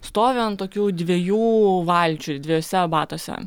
stoviu ant tokių dviejų valčių dviejuose batuose